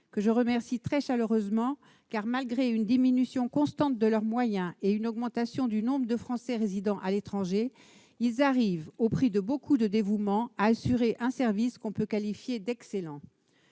que je remercie très chaleureusement : malgré la diminution constante de leurs moyens et une augmentation du nombre de Français résidant à l'étranger, ils parviennent, au prix d'un grand dévouement, à assurer un service que l'on peut qualifier d'excellent.